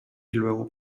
luego